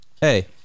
hey